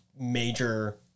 major